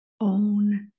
own